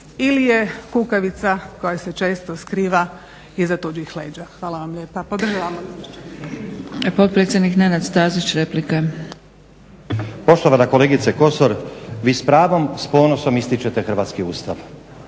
ili je kukavica koja se često skriva iza tuđih leđa. Hvala vam lijepa. Podržavam